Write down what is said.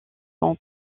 son